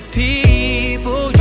people